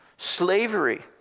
Slavery